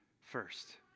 first